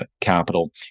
Capital